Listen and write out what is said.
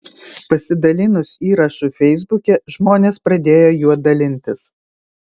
pasidalinus įrašu feisbuke žmonės pradėjo juo dalintis